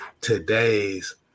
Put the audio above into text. today's